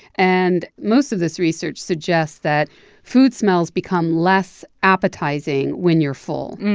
and most of this research suggests that food smells become less appetizing when you're full.